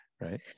right